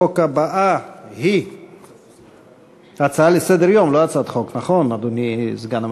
12 בעד, אין מתנגדים, אין נמנעים.